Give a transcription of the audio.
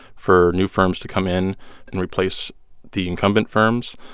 for new firms to come in and replace the incumbent firms.